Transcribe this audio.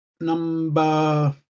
number